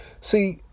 See